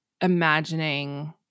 imagining